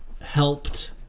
helped